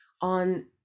on